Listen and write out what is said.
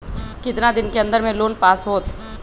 कितना दिन के अन्दर में लोन पास होत?